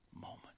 moment